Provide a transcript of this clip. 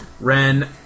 Ren